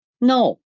no